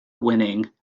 winning